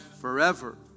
Forever